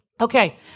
Okay